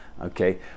okay